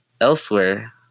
elsewhere